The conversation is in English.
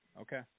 Okay